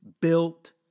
built